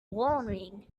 warming